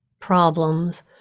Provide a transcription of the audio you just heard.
problems